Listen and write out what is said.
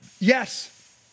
Yes